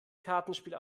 kartenspiel